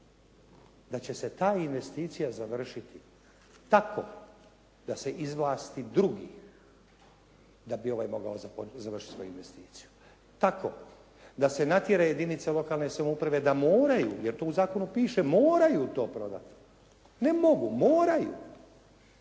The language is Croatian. da će se ta investicija završiti tako da se izvlasti drugi da bi ovaj mogao završiti svoju investiciju. Tako da se natjera jedinica lokalne samouprave da moraju, jer to u zakonu piše moraju to prodati. Ne mogu, moraju.